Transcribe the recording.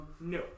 No